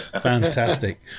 Fantastic